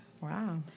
Wow